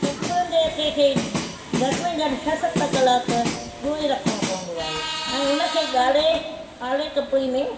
सतपुड़नि जे अटे खे घटि में घटि छह सत कलाक ॻोहे रखिणो पवंदो आहे ऐं उनखे ॻारे आले कपिड़े में